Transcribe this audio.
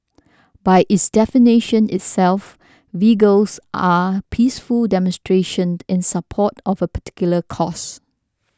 by its definition itself vigils are peaceful demonstration end in support of a particular cause